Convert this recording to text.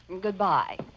Goodbye